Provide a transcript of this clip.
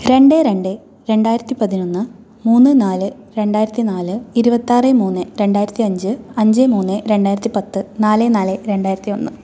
രണ്ട് രണ്ട് രണ്ടായിരത്തി പതിനൊന്ന് മൂന്ന് നാല് രണ്ടായിരത്തി നാല് ഇരുവത്താറ് മൂന്ന് രണ്ടായിരത്തി അഞ്ച് അഞ്ച് മൂന്ന് രണ്ടായിരത്തി പത്ത് നാല് നാല് രണ്ടായിരത്തി ഒന്ന്